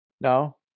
no